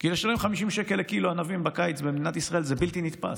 כי לשלם 50 שקל לקילו ענבים בקיץ במדינת ישראל זה בלתי נתפס.